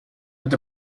with